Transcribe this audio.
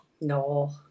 no